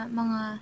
mga